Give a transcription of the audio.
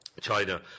China